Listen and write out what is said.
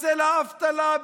בצל האבטלה,